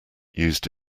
used